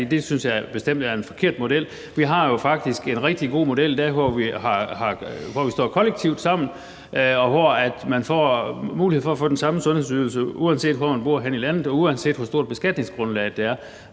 det synes jeg bestemt er en forkert model. Vi har jo faktisk en rigtig god model, hvor vi står kollektivt sammen, og hvor man får mulighed for at få den samme sundhedsydelse, uanset hvor man bor i landet, og uanset hvor stort et beskatningsgrundlag der er.